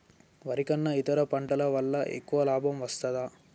వరి కన్నా ఇతర పంటల వల్ల ఎక్కువ లాభం వస్తదా?